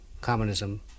communism